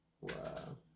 Wow